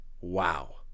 Wow